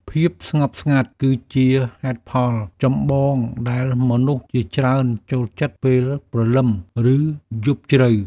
ភាពស្ងប់ស្ងាត់គឺជាហេតុផលចម្បងដែលមនុស្សជាច្រើនចូលចិត្តពេលព្រលឹម ឬយប់ជ្រៅ។